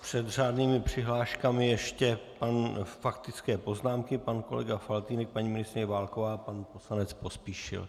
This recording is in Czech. Před řádnými přihláškami ještě faktické poznámky pan kolega Faltýnek, paní ministryně Válková, pan poslanec Pospíšil.